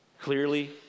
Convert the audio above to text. clearly